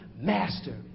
master